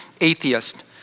atheist